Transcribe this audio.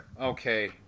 Okay